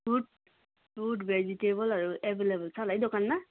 fruit fruit भेजिटेबलहरू available छ होला है दोकानमा